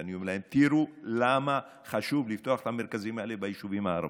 ואני אומר להם: תראו למה חשוב לפתוח את המרכזים האלה ביישובים הערביים.